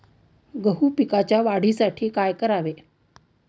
गहू पिकाच्या वाढीसाठी काय करावे?